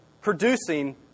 producing